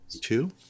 Two